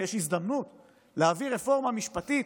ויש הזדמנות להעביר רפורמה משפטית